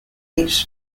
each